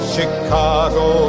Chicago